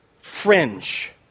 fringe